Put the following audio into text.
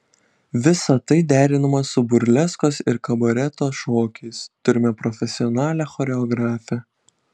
visa tai derinama su burleskos ir kabareto šokiais turime profesionalią choreografę